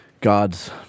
God's